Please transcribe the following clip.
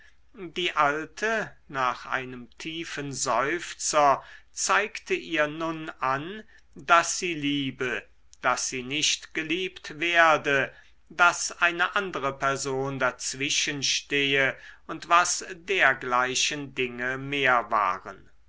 die alte nach einem tiefen seufzer zeigte ihr nun an daß sie liebe daß sie nicht geliebt werde daß eine andere person dazwischen stehe und was dergleichen dinge mehr waren